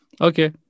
Okay